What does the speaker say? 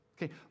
okay